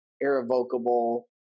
irrevocable